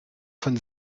von